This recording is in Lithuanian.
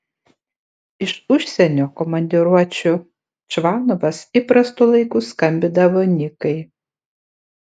iš užsienio komandiruočių čvanovas įprastu laiku skambindavo nikai